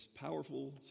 powerful